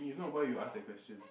if not why you ask that question